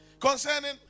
Concerning